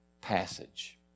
passage